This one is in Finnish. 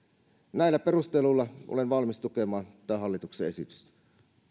näillä perusteluilla olen valmis tukemaan tätä hallituksen